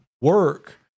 work